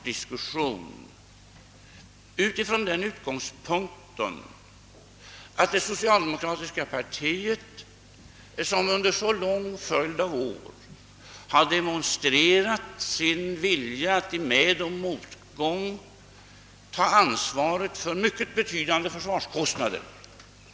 Det socialdemokratiska partiet har under en lång följd av år demonstrerat sin vilja att i medoch motgång ta ansvaret för mycket betydande försvarskostnader.